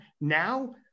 Now